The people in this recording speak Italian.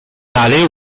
tale